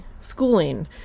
schooling